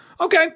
Okay